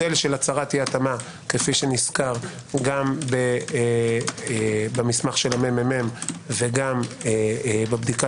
המודל של הצהרת אי התאמה כפי שנזכר גם במסמך הממ"מ וגם בבדיקה